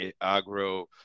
agro